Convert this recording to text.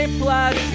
plus